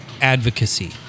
advocacy